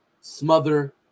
smother